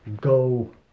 go